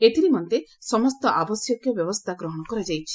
ଏଥିନିମନ୍ତେ ସମସ୍ତ ଆବଶ୍ୟକ ବ୍ୟବସ୍ଥା ଗ୍ରହଣ କରାଯାଇଛି